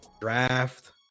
draft